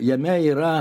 jame yra